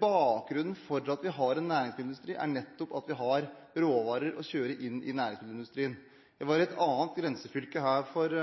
bakgrunnen for at vi har en næringsmiddelindustri, er nettopp at vi har råvarer å kjøre inn i næringsmiddelindustrien. Jeg var i et annet grensefylke for